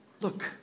look